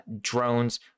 drones